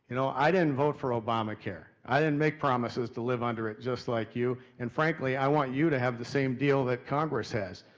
you know i didn't vote for obamacare. i didn't make promises to live under it just like you. and frankly, i want you to have the same deal that congress has.